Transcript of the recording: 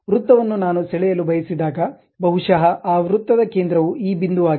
ವೃತ್ತವನ್ನು ನಾನು ಸೆಳೆಯಲು ಬಯಸಿದಾಗ ಬಹುಶಃ ಆ ವೃತ್ತದ ಕೇಂದ್ರವು ಈ ಬಿಂದುವಾಗಿದೆ